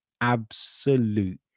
absolute